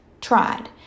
tried